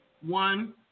one